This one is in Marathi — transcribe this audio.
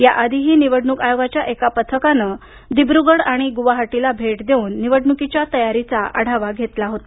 याआधीही निवडणूक आयोगाच्या एक पथकानं दिब्रगड आणि गुवाहाटीला भेट देऊन निवडणुकीच्या तयारीचा आढावा घेतला होता